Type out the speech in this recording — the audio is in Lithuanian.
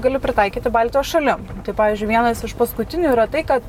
gali pritaikyti baltijos šalim tai pavyzdžiui vienas iš paskutinių yra tai kad